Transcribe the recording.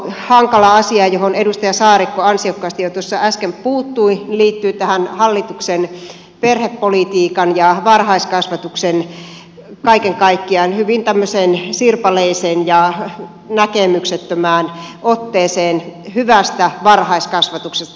toinen iso hankala asia johon edustaja saarikko ansiokkaasti jo tuossa äsken puuttui liittyy tähän hallituksen perhepolitiikkaan ja kaiken kaikkiaan hyvin sirpaleiseen ja näkemyksettömään otteeseen hyvästä varhaiskasvatuksesta